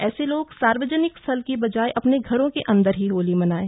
ऐसे लोग सार्वजनिक स्थल की बजाय अपने घरों के अंदर ही होली मनायें